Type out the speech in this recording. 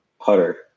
putter